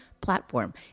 platform